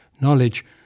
Knowledge